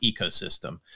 ecosystem